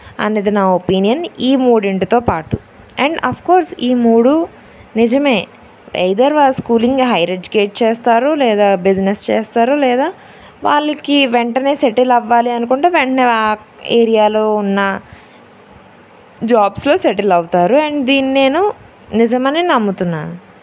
అనేది నా ఒపీనియన్ ఈ మూడింటితో పాటు అండ్ అఫ్కోర్స్ ఈ మూడు నిజం ఐదర్ వాళ్ళు స్కూలింగ్ హైయర్ ఎడ్యుకేట్ చేస్తారు లేదా బిజినెస్ చేస్తారు లేదా వాళ్ళకి వెంటనే సెటిల్ అవ్వాలి అనుకుంటే వెంటనే ఏరియాలో ఉన్న జాబ్స్లో సెటిల్ అవుతారు అండ్ దీన్ని నేను నిజం అని నమ్ముతున్నాను